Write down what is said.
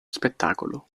spettacolo